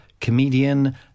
comedian